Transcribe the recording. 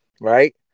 right